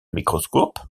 microscoop